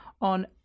on